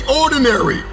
ordinary